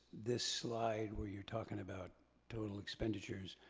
this slide where you're talking about total expenditures,